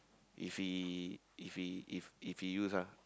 if he if he if if he use ah